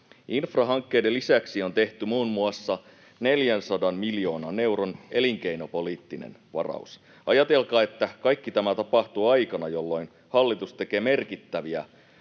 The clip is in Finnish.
Infrahankkeiden lisäksi on tehty muun muassa 400 miljoonan euron elinkeinopoliittinen varaus. Ajatelkaa, että kaikki tämä tapahtuu aikana, jolloin hallitus tekee merkittäviä